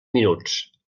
minuts